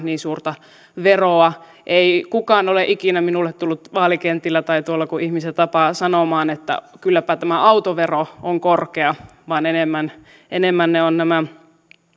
niin suurta veroa ei kukaan ole ikinä minulle tullut vaalikentillä tai tuolla kun ihmisiä tapaa sanomaan että kylläpä tämä autovero on korkea vaan enemmän enemmän se on tämä